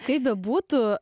kaip bebūtų